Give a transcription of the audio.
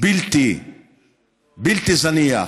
בלתי זניח,